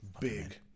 big